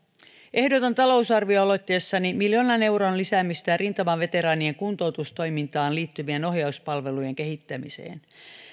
ehdotan talousarvioaloitteessani miljoonan euron lisäämistä rintamaveteraanien kuntoutustoimintaan liittyvien ohjauspalvelujen kehittämiseen